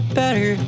better